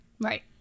right